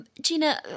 Gina